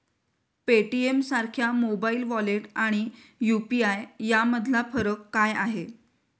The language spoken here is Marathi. पेटीएमसारख्या मोबाइल वॉलेट आणि यु.पी.आय यामधला फरक काय आहे?